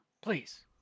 please